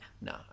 No